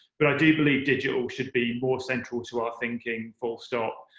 but i do believe digital should be more central to our thinking, full stop.